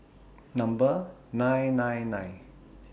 Number nine nine nine